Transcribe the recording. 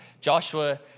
Joshua